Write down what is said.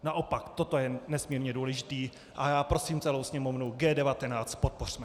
Naopak, toto je nesmírně důležité a já prosím celou Sněmovnu: G19 podpořme.